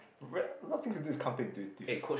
a lot of things to do is counter intuitive